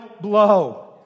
blow